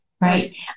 right